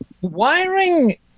wiring